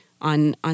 on –